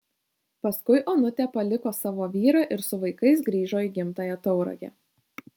paskui onutė paliko savo vyrą ir su vaikais grįžo į gimtąją tauragę